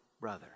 brother